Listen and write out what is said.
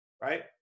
Right